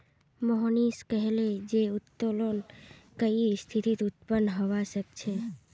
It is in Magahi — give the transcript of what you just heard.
मोहनीश कहले जे उत्तोलन कई स्थितित उत्पन्न हबा सख छ